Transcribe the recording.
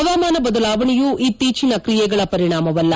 ಹವಾಮಾನ ಬದಲಾವಣೆಯು ಇತ್ತೀಚಿನ ಕ್ರಿಯೆಗಳ ಪರಿಣಾಮವಲ್ಲ